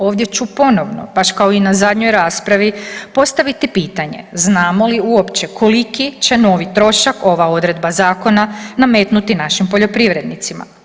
Ovdje ću ponovno baš kao i na zadnjoj raspravi postaviti pitanje znamo li uopće koliki će novi trošak ova odredba zakona nametnuti našim poljoprivrednicima.